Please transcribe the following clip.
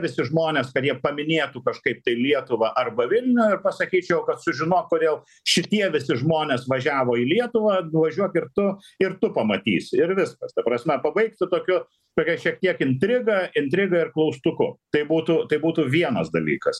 visi žmonės kad jie paminėtų kažkaip tai lietuvą arba vilnių ir pasakyčiau kad sužinok kodėl širdyje visi žmonės važiavo į lietuvą nuvažiuok ir tu ir tu pamatysi ir viskas ta prasme pabaigti tokiu turėt šiek tiek intrigą intrigą ir klaustuku tai būtų tai būtų vienas dalykas